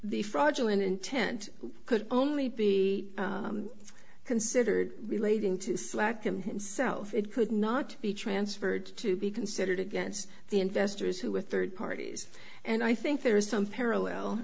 the fraudulent intent could only be considered relating to slacken himself it could not be transferred to be considered against the investors who are third parties and i think there is some parallel